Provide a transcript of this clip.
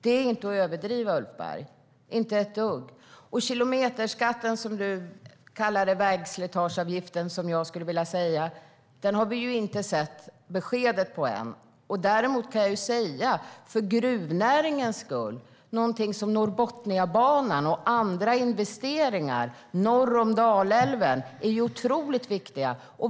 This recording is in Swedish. Det är inte att överdriva, Ulf Berg, inte ett dugg. Kilometerskatten som du kallar det och vägslitageavgiften som jag skulle vilja säga har vi inte fått besked om än. Däremot kan jag säga att för gruvnäringens skull är Norrbotniabanan och andra investeringar norr om Dalälven otroligt viktiga.